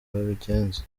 babigenza